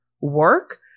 work